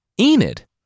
Enid